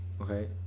okay